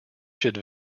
should